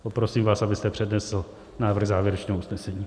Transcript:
Poprosím vás, abyste přednesl návrh závěrečného usnesení.